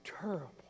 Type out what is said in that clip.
terrible